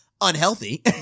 unhealthy